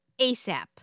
ASAP